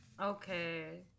Okay